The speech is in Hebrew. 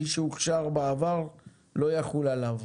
מי שהוכשר בעבר לא יחול עליו.